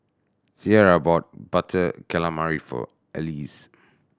Cierra bought Butter Calamari for Alease